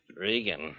Regan